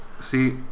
See